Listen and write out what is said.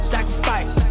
Sacrifice